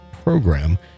Program